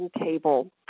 table